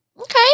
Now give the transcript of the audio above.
okay